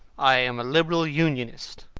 i am a liberal unionist.